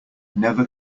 never